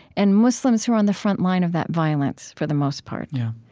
and muslims who are on the front line of that violence for the most part yeah.